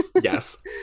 yes